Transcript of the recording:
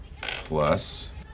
Plus